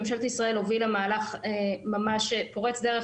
ממשלת ישראל הובילה מהלך ממש פורץ דרך